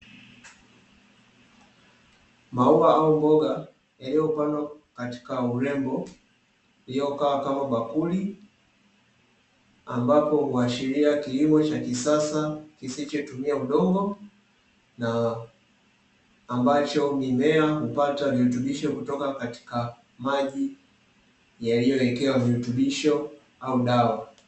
Maua au mboga yaliyopandwa katika urembo uliokaa kama bakuli, ambapo huashilia kilimo cha kisasa kisichotumia udongo na ambacho mimea hupata virutubisho kutoka katika maji yaliyowekewa virutubisho au dawa.